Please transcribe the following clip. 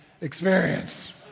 experience